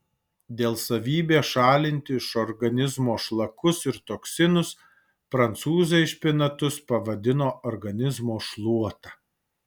dėl savybės šalinti iš organizmo šlakus ir toksinus prancūzai špinatus pavadino organizmo šluota